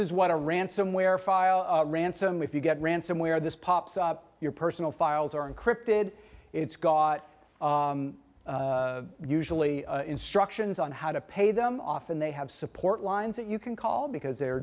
is what a ransomware file ransome if you get ransomware this pops up your personal files are encrypted it's got usually instructions on how to pay them off and they have support lines that you can call because they're